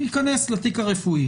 ייכנס לתיק הרפואי